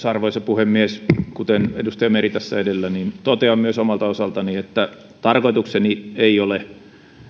arvoisa puhemies kuten edustaja meri tässä edellä totean myös omalta osaltani että tarkoitukseni ei ole